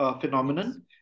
phenomenon